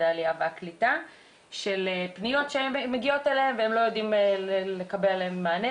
העלייה והקליטה על פניות שמגיעות אליהם והם לא יודעים לקבל מענה.